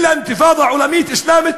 אלא אינתיפאדה עולמית אסלאמית,